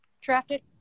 drafted